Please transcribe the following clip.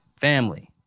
family